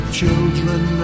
children